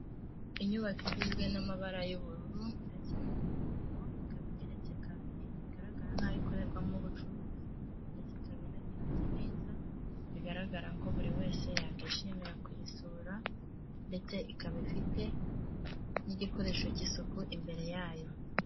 Inyubako igizwe n'amabara y'ubururu ndetse n'umuhondo, ikaba igeretse kabiri, bigaragara nk'aho ikorerwamo ubucuruzi ndetse ikaba inatatse neza, bigaragara ko buri wese yakwishimira kuyisura ndetse ikaba ifite n'igikoresho cy'isuku imbere yayo.